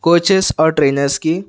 coaches اور trainers کی